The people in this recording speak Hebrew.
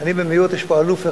יש פה אלוף אחד.